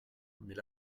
mais